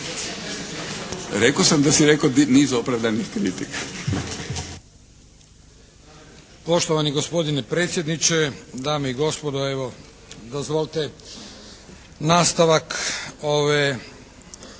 Rekao sam da si rekao niz opravdanih kritika./ … **Ćosić, Krešimir (HDZ)** Poštovani gospodine predsjedniče, dame i gospodo evo dozvolite nastavak ove